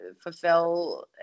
fulfill